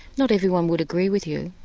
not everyone would agree with you.